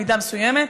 במידה מסוימת: